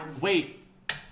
Wait